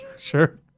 Sure